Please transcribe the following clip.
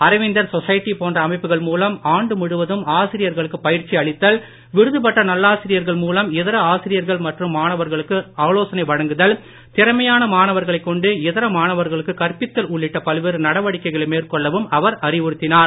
அரவிந்தர் society போன்ற அமைப்புகள் மூலம் ஆண்டு முழுவதும் ஆசிரியர்களுக்கு பயிற்சி அளித்தல் விருது பெற்ற நல்லாசிரியர்கள் மூலம் இதர ஆசிரியர்கள் மற்றும் மாணவர்களுக்கு ஆலோசனை வழங்குதல் திறமையான மாணவர்களைக் கொண்டு இதர மாணவர்களுக்குக் கற்பித்தல் உள்ளிட்ட பல்வேறு நடவடிக்கைகளை மேற்கொள்ளவும் அவர் அறிவுறுத்தினார்